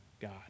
God